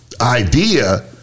idea